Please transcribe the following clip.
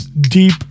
Deep